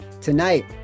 tonight